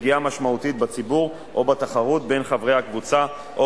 לפגיעה משמעותית בציבור או בתחרות בין חברי הקבוצה או